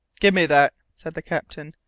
give me that, said the captain.